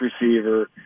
receiver